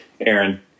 Aaron